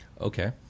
Okay